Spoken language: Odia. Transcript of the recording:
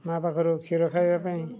ମାଆ ପାଖରୁ କ୍ଷୀର ଖାଇବା ପାଇଁ